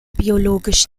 biologisch